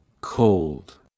cold